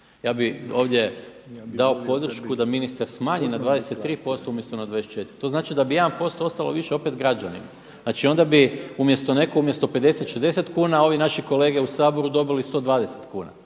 Ja bih ovdje dao podršku da ministar smanji na 23% umjesto na 24. To znači da bi 1% ostalo više opet građanima. Znači, onda bi umjesto netko umjesto 50, 60 kuna ovi naši kolege u Saboru dobili 120 kuna.